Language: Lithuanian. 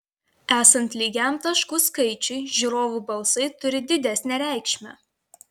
esant lygiam taškų skaičiui žiūrovų balsai turi didesnę reikšmę